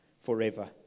forever